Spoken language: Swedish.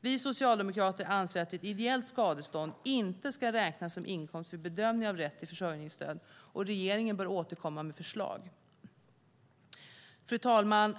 Vi socialdemokrater anser att ett ideellt skadestånd inte ska räknas som inkomst vid bedömningen av rätt till försörjningssstöd. Regeringen bör återkomma med förslag. Fru talman!